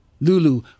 Lulu